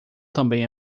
também